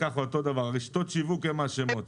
רשתות השיווק הן אשמות.